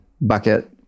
bucket